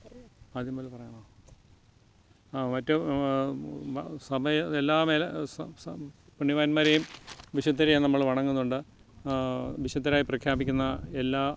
മറ്റ് സഭ എല്ലാ മേലെ പുണ്യവാന്മാരെയും വിശുദ്ധരെയും നമ്മൾ വണങ്ങുന്നുണ്ട് വിശുദ്ധരായി പ്രഖ്യാപിക്കുന്ന എല്ലാ